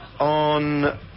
On